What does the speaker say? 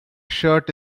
shirt